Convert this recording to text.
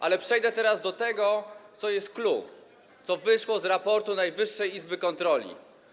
Ale przejdę teraz do tego, co jest clou, co wyszło z raportu Najwyższej Izby Kontroli.